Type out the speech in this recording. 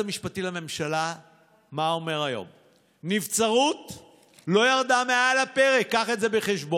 לא יקרה כלום